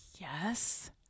Yes